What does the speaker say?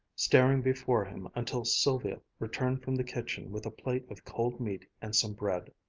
staring before him until sylvia returned from the kitchen with a plate of cold meat and some bread.